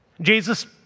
Jesus